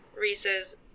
Reese's